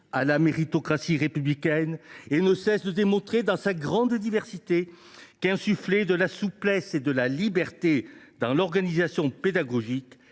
à la méritocratie républicaine ? Il ne cesse de démontrer, dans sa grande diversité, qu’insuffler de la souplesse et de la liberté dans l’organisation pédagogique